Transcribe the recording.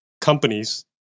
companies